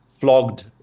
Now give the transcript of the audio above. flogged